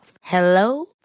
Hello